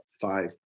five